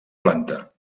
planta